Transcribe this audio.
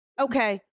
Okay